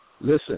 Listen